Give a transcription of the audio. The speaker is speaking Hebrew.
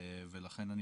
לכן אני